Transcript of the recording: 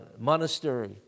monastery